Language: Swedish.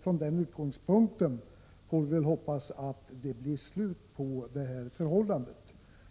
Från den utgångspunkten får vi väl hoppas att det blir slut på det här förhållandet.